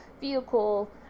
vehicle